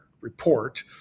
report